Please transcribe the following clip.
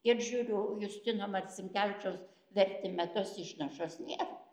ir žiūriu justino marcinkevičiaus vertime tos išnašos nėr